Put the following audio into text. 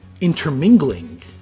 intermingling